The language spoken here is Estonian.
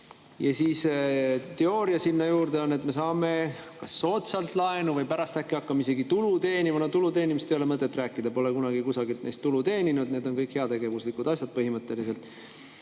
ja siis teooria sinna juurde on, et me saame kas soodsalt laenu või pärast äkki hakkame isegi tulu teenima. No tulu teenimisest ei ole mõtet rääkida, pole kunagi kusagilt neist tulu teeninud, need on kõik heategevuslikud asjad põhimõtteliselt.